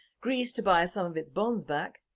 greece to buy some of its bonds back